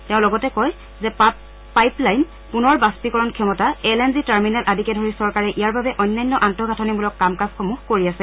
তেওঁ লগতে কয় যে পাইপলাইন পুনৰ বাষ্পীকৰণ ক্ষমতা এল এন জি টাৰ্মিনেল আদিকে ধৰি চৰকাৰে ইয়াৰ বাবে অন্যান্য আন্তঃগাঁথনিমূলক কাম কাজসমূহ কৰি আছে